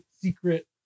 secret